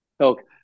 Okay